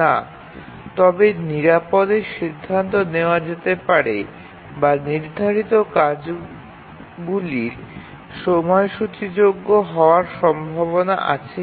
না তবে নিরাপদে সিদ্ধান্ত নেওয়া যেতে পারে বা নির্ধারিত কাজগুলি সময়সূচীযোগ্য হওয়ার সম্ভাবনা আছে কি